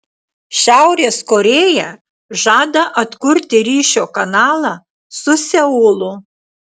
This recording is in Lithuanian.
šiaurės korėja žada atkurti ryšio kanalą su seulu